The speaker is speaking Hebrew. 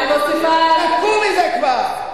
אני מוסיפה, תתנתקו מזה כבר.